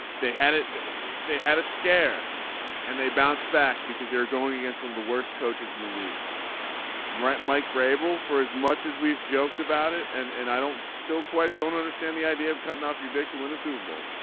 they had it they had a scare and they bounced back because they were going against one of the worst coaches in the league right mike vrabel for as much as we've joked about it and and i don't still quite don't understand the idea of cutting off your dick to win a super bowl